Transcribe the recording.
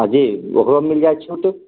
अजी ओकरोमे मिल जायत छूट